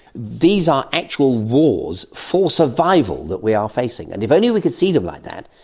these are actual wars for survival that we are facing, and if only we could see them like that,